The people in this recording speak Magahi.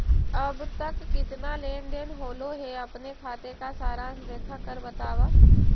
अब तक कितना लेन देन होलो हे अपने खाते का सारांश देख कर बतावा